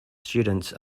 students